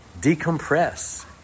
decompress